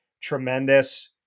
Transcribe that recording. tremendous